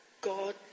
God